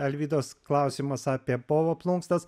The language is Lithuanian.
alvydos klausimas apie povo plunksnas